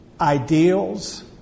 ideals